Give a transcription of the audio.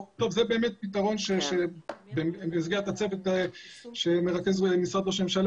זה באמת פתרון שאם במסגרת הצוות שמרכז משרד ראש הממשלה